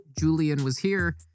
JulianWasHere